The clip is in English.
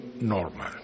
normal